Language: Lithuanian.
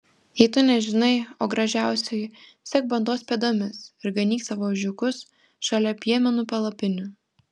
jei tu nežinai o gražiausioji sek bandos pėdomis ir ganyk savo ožiukus šalia piemenų palapinių